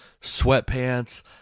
sweatpants